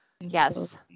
yes